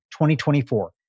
2024